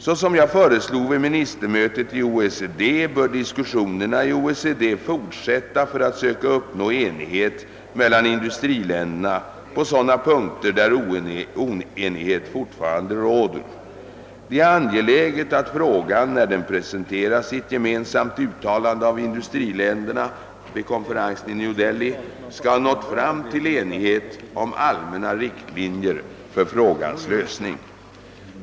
Såsom jag föreslog vid ministermötet i OECD bör diskussionerna i OECD fortsätta för att söka uppnå enighet mellan industriländerna på sådana punkter där oenighet fortfarande råder. Det är angeläget att frågan när den presenteras i ett gemensamt uttalande av industriländerna vid konferensen i New Delhi skall ha nått fram till enighet om allmänna riktlinjer för frågans lösning.